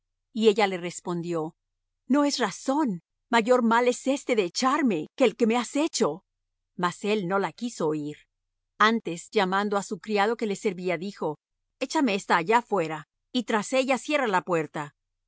y ella le respondió no es razón mayor mal es éste de echarme que el que me has hecho mas él no la quiso oir antes llamando su criado que le servía dijo echame ésta allá fuera y tras ella cierra la puerta